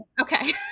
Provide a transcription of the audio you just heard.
Okay